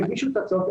שיגישו את ההצעות.